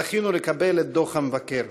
זכינו לקבל את דוח המבקר.